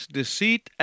deceit